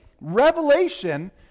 Revelation